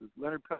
Leonard